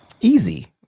easy